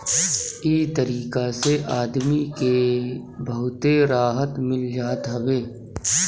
इ तरीका से आदमी के बहुते राहत मिल जात हवे